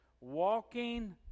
walking